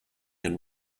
and